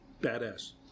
Badass